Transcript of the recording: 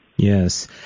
Yes